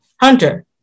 Hunter